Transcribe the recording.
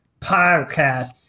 podcast